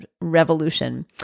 revolution